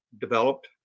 developed